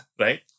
right